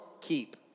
keep